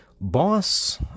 Boss